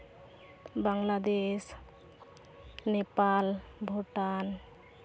Bangladesh Nepal Bhutan